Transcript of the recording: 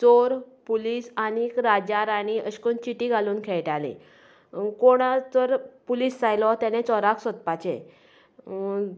चोर पुलीस आनीक राजा राणी अशीं करून चिटी घालून खेळटालीं कोण जर पुलीस जालो तेणें चोराक सोदपाचें